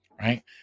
Right